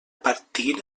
partir